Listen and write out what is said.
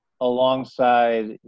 alongside